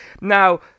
Now